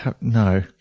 no